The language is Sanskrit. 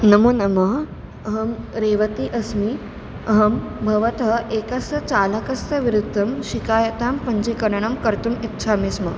नमो नमः अहं रेवती अस्मि अहं भवतः एकस्य चालकस्य विरुद्धं शिकायतां पञ्जीकरणं कर्तुम् इच्छामि स्म